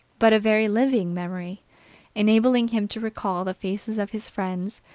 but a very living memory enabling him to recall the faces of his friends,